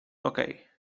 okej